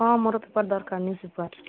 ହଁ ମୋର ପେପର୍ ଦରକାର ନାହିଁ ପେପର୍